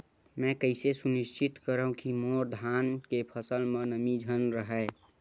मैं कइसे सुनिश्चित करव कि मोर धान के फसल म नमी झन रहे?